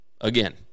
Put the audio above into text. again